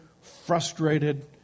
frustrated